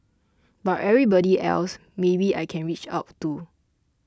but everybody else maybe I can reach out to